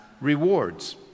rewards